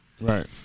Right